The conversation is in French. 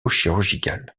chirurgicale